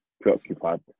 preoccupied